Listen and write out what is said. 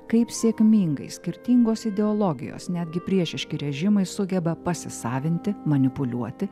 kaip sėkmingai skirtingos ideologijos netgi priešiški režimai sugeba pasisavinti manipuliuoti